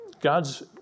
God's